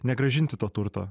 negrąžinti to turto